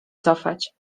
cofać